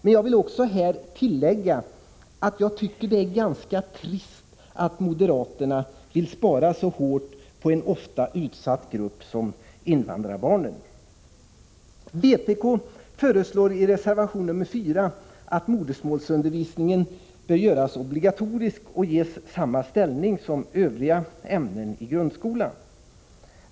Men jag vill tillägga att jag tycker det är ganska trist att moderaterna vill spara så hårt på en ofta så utsatt grupp som invandrarbarnen. Vpk föreslår i reservation nr 4 att modersmålsundervisningen bör göras obligatorisk och ges samma ställning som övriga ämnen i grundskolan.